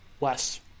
less